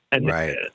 Right